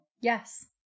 yes